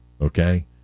Okay